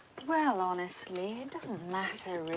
well honestly it doesn't matter really.